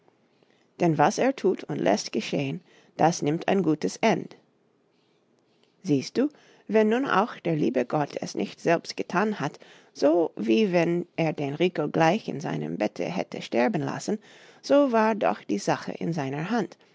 denn was er tut und läßt geschehn das nimmt ein gutes end siehst du wenn nun auch der liebe gott es nicht selbst getan hat so wie wenn er den rico gleich in seinem bette hätte sterben lassen so war doch die sache in seiner hand